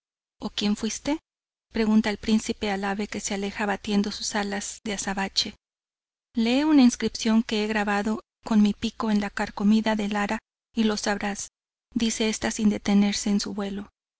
o quién fuiste pregunta el príncipe al ave que se aleja batiendo sus alas de azabache lee una inscripción que he grabado con mi pico en la carcomida del ara y lo sabrás dice ésta sin detenerse en su vuelo